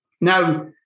Now